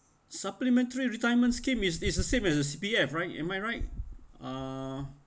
supplementary retirement scheme is is the same as the C_P_F right am I right uh